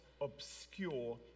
obscure